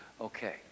Okay